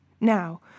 Now